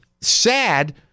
sad